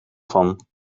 van